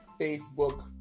Facebook